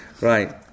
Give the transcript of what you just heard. right